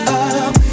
up